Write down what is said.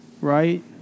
right